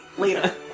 later